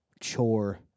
chore